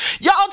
Y'all